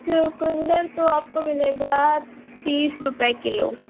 چقندر تو آپ کو ملے گا تیس روپے کلو